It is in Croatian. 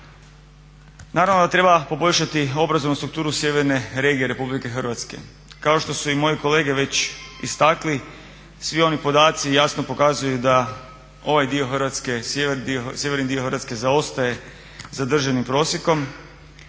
Naravno da treba poboljšati obrazovnu strukturu sjeverne regije RH. Kao što su moji kolege već istakli svi oni podaci jasno pokazuju da ovaj dio Hrvatske, sjeverni dio Hrvatske zaostaje za državnim prosjekom,